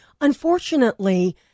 Unfortunately